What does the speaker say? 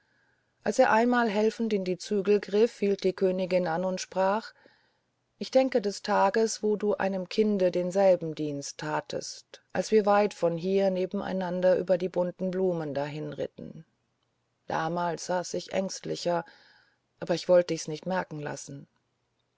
als er einmal helfend in den zügel griff hielt die königin an und sprach ich denke des tages wo du einem kinde denselben dienst tatest als wir weit von hier nebeneinander über die bunten blumen dahinritten damals saß ich ängstlicher aber ich wollte dich's nicht merken lassen